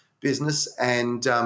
business—and